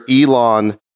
Elon